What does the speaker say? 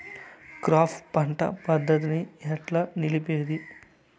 Crop పంట పద్ధతిని ఎట్లా నిలిపేది?